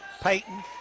Payton